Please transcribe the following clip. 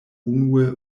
unue